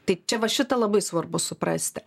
tai čia va šitą labai svarbu suprasti